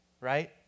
right